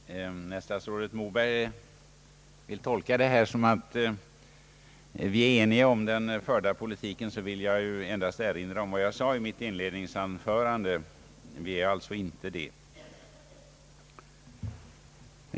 Herr talman! Om statsrådet Moberg vill tolka vår inställning så att vi skulle vara ense med regeringen om den förda politiken, vill jag endast erinra om vad jag sade i mitt inledningsanförande. Vi är alltså inte eniga.